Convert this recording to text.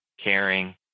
caring